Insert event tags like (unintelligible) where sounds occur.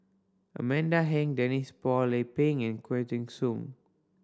Amanda Heng Denise Phua Lay Peng and (unintelligible) Soon